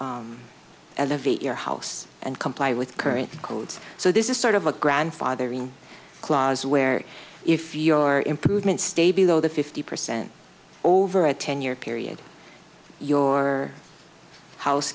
elevate your house and comply with current codes so this is sort of a grandfathering clause where if your improvements stay below the fifty percent over a ten year period your house